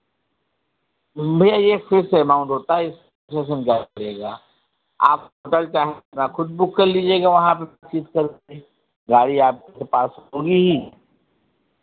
भैया ये fix amount होता है इस पड़ेगा आप होटल चाहेंगे तो आप खुद बुक कर लीजिएगा वहाँ पे करते ही गाड़ी आपके पास होगी ही